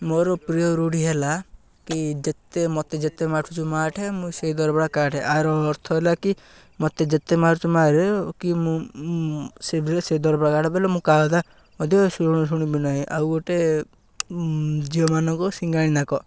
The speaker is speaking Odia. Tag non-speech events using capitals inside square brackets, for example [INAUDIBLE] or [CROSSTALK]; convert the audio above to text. ମୋର ପ୍ରିୟ ରୂଢ଼ି ହେଲା କି ଯେତେ ମୋତେ ଯେତେ ମାଠୁଛୁ ମାଆଠେ ମୁଁ ସେଇ ଦରପୋଡ଼ା କାଠେ ଆର ଅର୍ଥ ହେଲା କି ମୋତେ ଯେତେ ମାରୁଛୁ ମାରେ କି ମୁଁ ସେ ସେ ଦରପୋଡ଼ା କାଠେ ମୁଁ [UNINTELLIGIBLE] ମଧ୍ୟ ଶୁୁଣୁ ଶୁଣିବି ନାହିଁ ଆଉ ଗୋଟେ ଝିଅମାନଙ୍କୁ ସିଙ୍ଘାଣି ନାକ